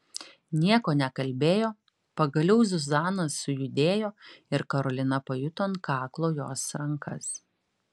nieko nekalbėjo pagaliau zuzana sujudėjo ir karolina pajuto ant kaklo jos rankas